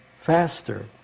faster